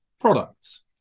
products